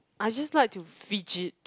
I just like to fidget